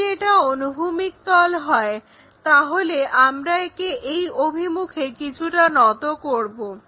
যদি এটা অনুভূমিক তল হয় তাহলে আমরা একে এই অভিমুখে কিছুটা নত করবো